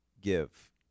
give